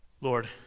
Lord